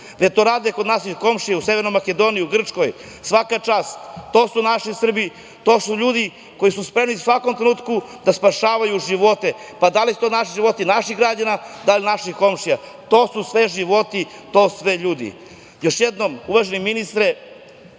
već to rade i kod naših komšija, u Severnoj Makedoniji, Grčkoj. Svaka čast! To su naši Srbi, to su ljudi koji su spremni u svakom trenutku da spašavaju živote, pa da li su to životi naših građana ili naših građana, to su sve životi, to su sve ljudi. Još jednom, uvaženi ministre,